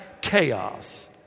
chaos